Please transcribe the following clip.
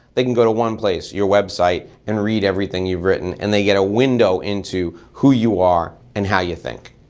they can go to one place, your website, and read everything you've written and they get a window into who you are and how you think.